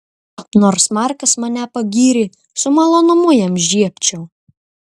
nors markas mane pagyrė su malonumu jam žiebčiau